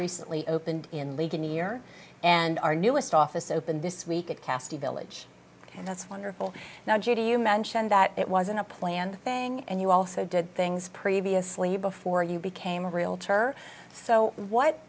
recently opened in league in new year and our newest office opened this week at castillo village and that's wonderful now judy you mentioned that it wasn't a planned thing and you also did things previously before you became a realtor so what